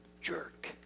jerk